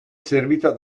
servita